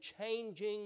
changing